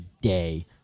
day